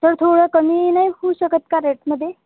तर थोडं कमी नाही होऊ शकत का रेटमध्ये